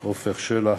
עפר שלח,